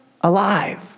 alive